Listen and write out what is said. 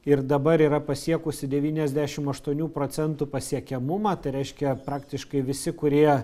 ir dabar yra pasiekusi devyniasdešim aštuonių procentų pasiekiamumą tai reiškia praktiškai visi kurie